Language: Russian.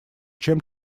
чем